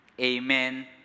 Amen